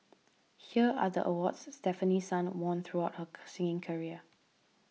here are the awards Stefanie Sun won throughout her singing career